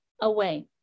away